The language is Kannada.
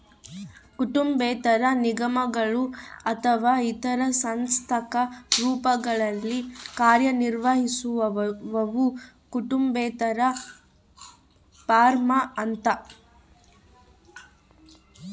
ಕುಟುಂಬೇತರ ನಿಗಮಗಳು ಅಥವಾ ಇತರ ಸಾಂಸ್ಥಿಕ ರೂಪಗಳಲ್ಲಿ ಕಾರ್ಯನಿರ್ವಹಿಸುವವು ಕುಟುಂಬೇತರ ಫಾರ್ಮ ಅಂತಾರ